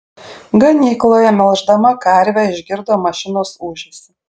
ganykloje melždama karvę išgirdo mašinos ūžesį